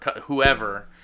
whoever